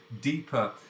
deeper